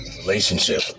relationship